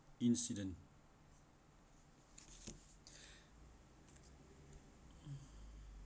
incident